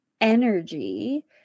energy